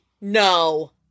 no